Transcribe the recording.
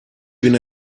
viene